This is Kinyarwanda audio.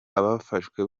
abafashwe